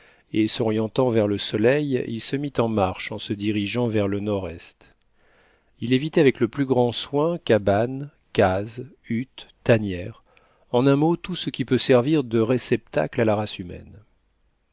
et s'orientant sur le soleil il se mit en marche en se dirigeant vers le nord-est il évitait avec le plus grand soin cabanes cases huttes tanières en un mot tout ce qui peut servir de réceptacle à la race humaine